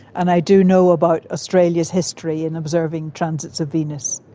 and i do know about australia's history in observing transits of venus.